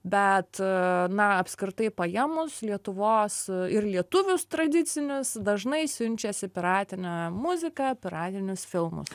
bet na apskritai paėmus lietuvos ir lietuvius tradicinius dažnai siunčiasi piratinę muziką piratinius filmus